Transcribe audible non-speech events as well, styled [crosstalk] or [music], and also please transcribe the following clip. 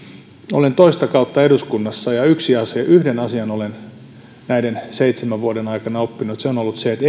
olen toista kautta eduskunnassa ja yhden asian olen näiden seitsemän vuoden aikana oppinut ja se on ollut se että [unintelligible]